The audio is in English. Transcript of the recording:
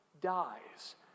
dies